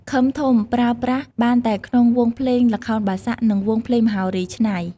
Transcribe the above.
ឃឹមធំប្រើប្រាស់បានតែក្នុងវង់ភ្លេងល្ខោនបាសាក់ និងវង់ភ្លេងមហោរីច្នៃ។